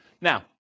Now